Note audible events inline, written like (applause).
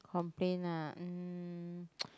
complain lah um (noise)